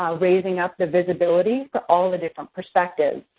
um raising up the visibility for all the different perspectives.